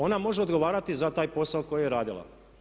Ona može odgovarati za taj posao koji je radila.